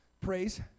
Praise